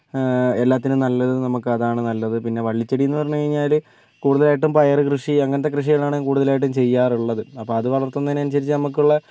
എല്ലാത്തിനും നല്ലത് നമുക്ക് അതാണ് നല്ലത് പിന്നെ വള്ളി ചെടിന്ന് പറഞ്ഞു കഴിഞ്ഞാൽ കൂടുതലായിട്ടും പയറ് കൃഷി അങ്ങനത്തെ കൃഷികളാണ് കൂടുതലായിട്ടും ചെയ്യാറുള്ളത് അപ്പോൾ അത് വളർത്തുന്നതിന് അനുസരിച്ച് നമുക്കുള്ള